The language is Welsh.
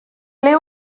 ble